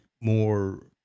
more